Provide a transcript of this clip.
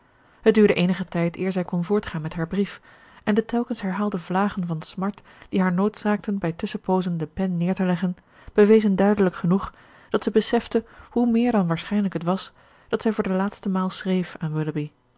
het duurde eenigen tijd eer zij kon voortgaan met haar brief en de telkens herhaalde vlagen van smart die haar noodzaakten bij tusschenpoozen de pen neer te leggen bewezen duidelijk genoeg dat zij besefte hoe meer dan waarschijnlijk het was dat zij voor de laatste maal schreef aan